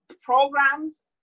Programs